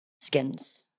Skins